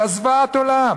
זה היה זוועת עולם.